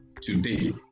today